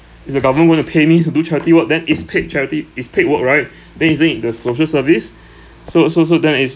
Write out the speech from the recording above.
is the government going to pay me to do charity work then is paid charity is paid work right then using the social service so so so then is